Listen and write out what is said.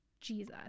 Jesus